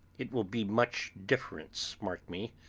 it will be much difference, mark me,